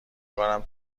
کارم